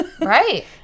right